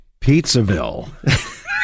Pizzaville